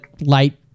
light